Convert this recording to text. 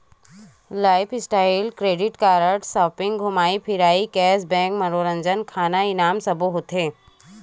lifestyle credit card म shopping, धूमई फिरई, केस बेंक, मनोरंजन, खाना, इनाम सब्बो होथे